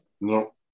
No